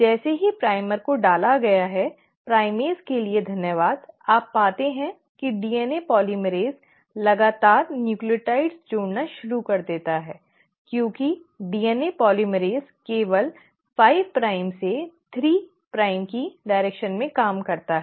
जैसे ही प्राइमर को डाला गया है प्राइमेज के लिए धन्यवाद आप पाते हैं कि डीएनए पोलीमरेज़ लगातार न्यूक्लियोटाइड जोड़ना शुरू कर देता है क्योंकि डीएनए पोलीमरेज़ केवल 5 प्राइम से 3 प्राइम की दिशा में काम करता है